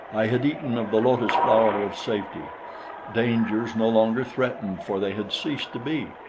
i had eaten of the lotus-flower of safety dangers no longer threatened for they had ceased to be.